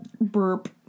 Burp